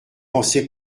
penser